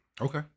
Okay